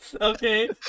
Okay